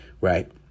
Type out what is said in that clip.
right